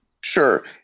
Sure